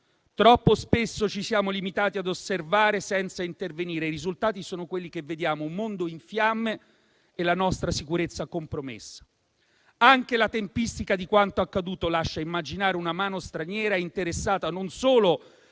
Troppo spesso ci siamo limitati ad osservare senza intervenire e i risultati sono quelli che vediamo: un mondo in fiamme e la nostra sicurezza compromessa. Anche la tempistica di quanto accaduto lascia immaginare una mano straniera interessata non solo a